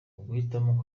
uguhitamo